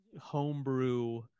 homebrew